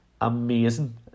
amazing